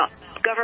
government